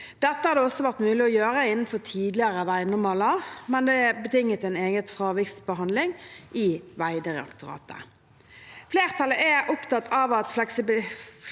Dette har det også vært mulig å gjøre innenfor tidligere veinormaler, men det betinget en egen fraviksbehandling i Vegdirektoratet. Flertallet er opptatt av at fleksibilitet